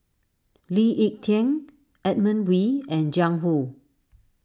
Lee Ek Tieng Edmund Wee and Jiang Hu